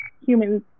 humans